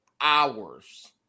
hours